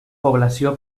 població